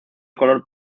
color